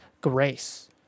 grace